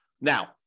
Now